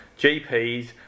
GPs